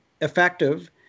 effective